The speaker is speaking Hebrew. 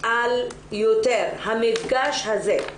על המפגש הזה.